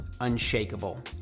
Unshakable